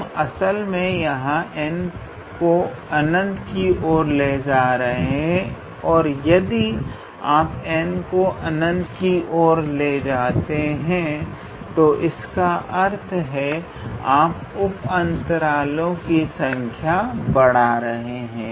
हम असल में यहां n को अनंत की ओर ले जा रहे हैं और यदि आप n को अनंत की ओर ले जाते हैं तो इसका अर्थ है आप उप अंतरालों की संख्या बढा रहे हैं